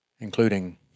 including